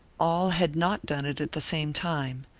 all had not done it at the same time,